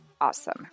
Awesome